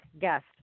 guest